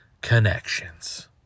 Connections